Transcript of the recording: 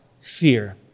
fear